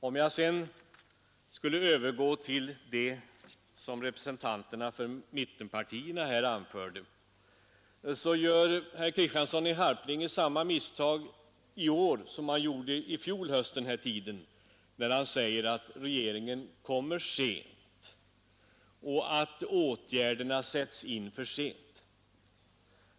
Om jag sedan skulle övergå till det som representanterna för mittenpartierna här anförde vill jag först vända mig till herr Kristiansson i Harplinge. Han gör samma misstag i år som han gjorde i fjol höst vid den här tiden när han säger att regeringen kommer sent och att åtgärderna sätts in för sent.